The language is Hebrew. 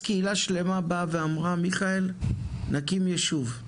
ואז קהילה שלמה באה ואמרה: "מיכאל, נקים יישוב".